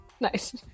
nice